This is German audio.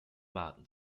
baden